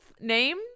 Name